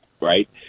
right